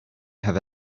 have